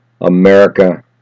America